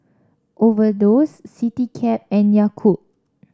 Overdose Citycab and Yakult